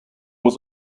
was